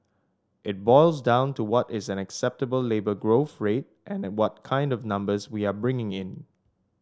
it boils down to what is an acceptable labour growth rate and what kind of numbers we are bringing in